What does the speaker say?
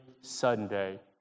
Sunday